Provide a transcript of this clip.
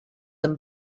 them